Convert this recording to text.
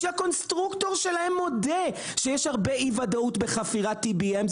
כשהקונסטרוקטור שלהם מודה שיש הרבה אי-ודאות בחפירת EBM,